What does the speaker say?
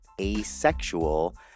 asexual